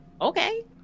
okay